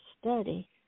study